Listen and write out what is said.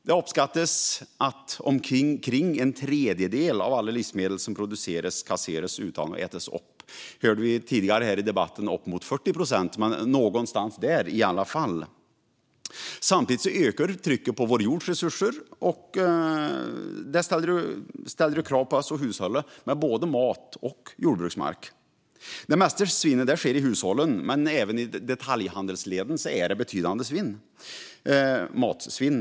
Det uppskattas att omkring en tredjedel av alla livsmedel som produceras inte äts upp utan kasseras. Tidigare i debatten hörde vi att det är uppemot 40 procent. Samtidigt ökar trycket på vår jords resurser, vilket ställer krav på att hushålla med både mat och jordbruksmark. Det mesta svinnet sker i hushållen, men även i detaljhandelsledet är det ett betydande svinn, alltså matsvinn.